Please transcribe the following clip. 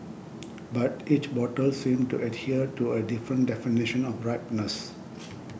but each bottle seemed to adhere to a different definition of ripeness